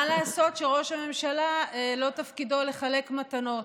מה לעשות שראש הממשלה, לא תפקידו לחלק מתנות.